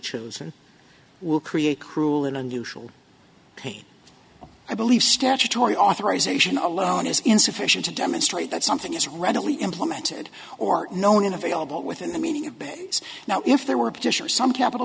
chosen will create cruel and unusual ok i believe statutory authorization alone is insufficient to demonstrate that something is readily implemented or known in available within the meaning of bed now if there were